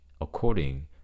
according